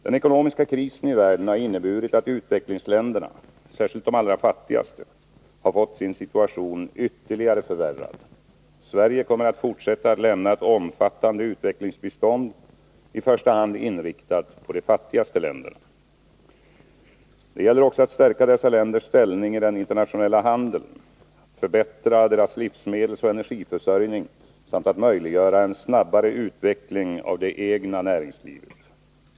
Den ekonomiska krisen i världen har inneburit att utvecklingsländerna, särskilt de allra fattigaste, har fått sin situation ytterligare förvärrad. Sverige kommer att fortsätta att lämna ett omfattande utvecklingsbistånd, i första hand inriktat på de fattigaste länderna. Det gäller också att stärka dessa länders ställning i den internationella handeln, förbättra deras livsmedelsoch energiförsörjning samt att möjliggöra en snabbare utveckling av det egna näringslivet.